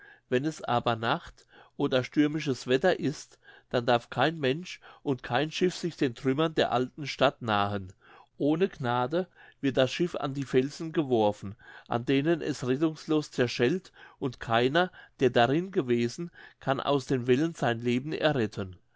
wenn es aber nacht oder stürmisches wetter ist dann darf kein mensch und kein schiff sich den trümmern der alten stadt nahen ohne gnade wird das schiff an die felsen geworfen an denen es rettungslos zerschellt und keiner der darin gewesen kann aus den wellen sein leben erretten